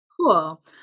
Cool